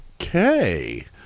Okay